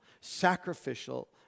sacrificial